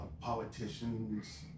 politicians